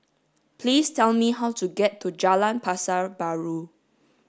please tell me how to get to Jalan Pasar Baru